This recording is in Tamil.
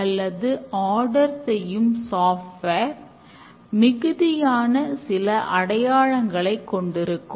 வாட்டர்ஃபால் மாடலில் ஒருங்கிணைந்த சோதனை தாமதமாக தொடங்குகிறது